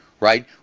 Right